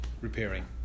repairing